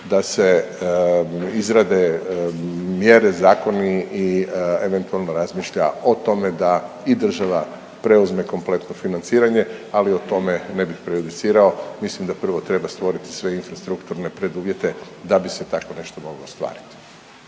da se izrade mjere, zakoni i eventualno razmišlja o tome da i država preuzme kompletno financiranje, ali o tome ne bih prejudicirao, mislim da prvo treba stvoriti sve infrastrukturne preduvjete da bi se tako nešto moglo ostvariti.